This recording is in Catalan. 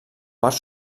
part